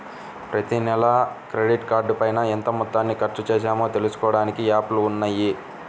ప్రతినెలా క్రెడిట్ కార్డుపైన ఎంత మొత్తాన్ని ఖర్చుచేశామో తెలుసుకోడానికి యాప్లు ఉన్నయ్యి